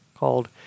called